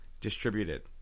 distributed